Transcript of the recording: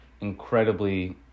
incredibly